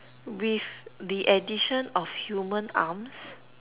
with the addition of human arms